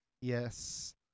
Yes